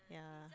yeah